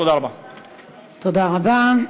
תודה רבה.